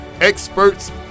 experts